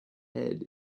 head